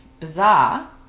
bizarre